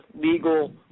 legal